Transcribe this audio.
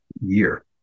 year